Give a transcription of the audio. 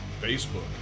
Facebook